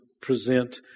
present